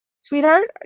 sweetheart